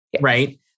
Right